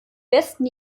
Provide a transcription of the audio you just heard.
besten